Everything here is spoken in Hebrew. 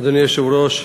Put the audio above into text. אדוני היושב-ראש,